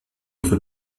rue